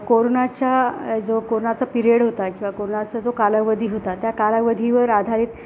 कोरोनाच्या जो कोरोनाचा पिरियड होता किंवा कोरोनाचा जो कालावधी होता त्या कालावधीवर आधारित